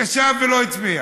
ישב ולא הצביע.